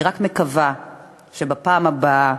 אני רק מקווה שבפעם הבאה